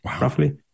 roughly